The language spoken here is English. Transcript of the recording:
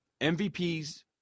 MVPs